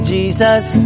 Jesus